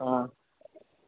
ஆ